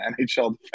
NHL